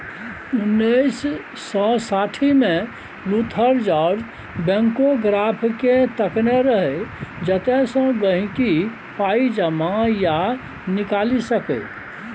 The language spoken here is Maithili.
उन्नैस सय साठिमे लुथर जार्ज बैंकोग्राफकेँ तकने रहय जतयसँ गांहिकी पाइ जमा या निकालि सकै